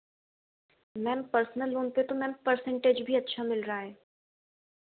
ma'am personal loan पर तो ma'am percentage भी अच्छा मिल रहा है